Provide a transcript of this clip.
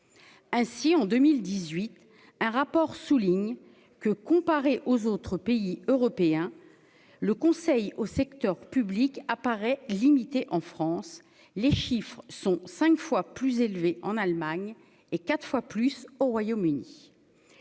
ainsi en 2018 : un rapport souligne que, comparé aux autres pays européens, le conseil au secteur public apparaît limité en France, les chiffres sont 5 fois plus élevé en Allemagne et 4 fois plus au Royaume-Uni